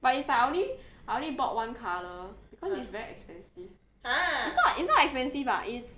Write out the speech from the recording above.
but it's like I only I only bought one colour because it's very expensive it's not it's not expensive lah it's